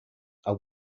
are